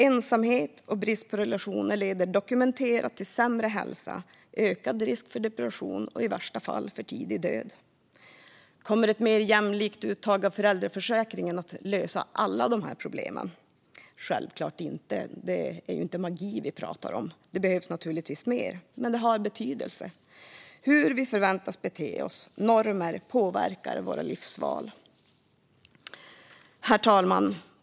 Ensamhet och brist på relationer leder dokumenterat till sämre hälsa, ökad risk för depression och i värsta fall till för tidig död. Kommer ett mer jämlikt uttag av föräldraförsäkringen att lösa alla dessa problem? Självklart inte; det är inte magi vi pratar om. Det behövs naturligtvis mer. Men det har betydelse. Hur vi förväntas bete oss, normer, påverkar våra livsval. Herr talman!